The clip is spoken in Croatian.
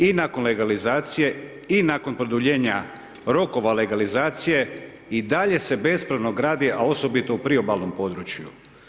I nakon legalizacije i nakon produljenja rokova legalizacija i dalje se bespravno gradi, a osobito u priobalnom području.